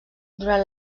durant